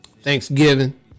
thanksgiving